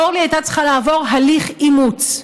אורלי הייתה צריכה לעבור הליך אימוץ.